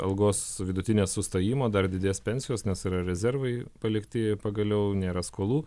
algos vidutinės sustojimo dar didės pensijos nes yra rezervai palikti pagaliau nėra skolų